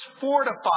fortified